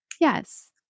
Yes